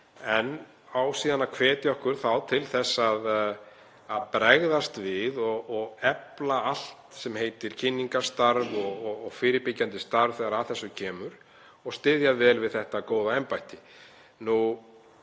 En það á að hvetja okkur til þess að bregðast við og efla allt sem heitir kynningarstarf og fyrirbyggjandi starf þegar að þessu kemur og styðja vel við þetta góða embætti.